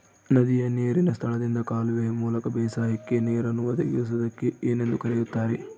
ನದಿಯ ನೇರಿನ ಸ್ಥಳದಿಂದ ಕಾಲುವೆಯ ಮೂಲಕ ಬೇಸಾಯಕ್ಕೆ ನೇರನ್ನು ಒದಗಿಸುವುದಕ್ಕೆ ಏನೆಂದು ಕರೆಯುತ್ತಾರೆ?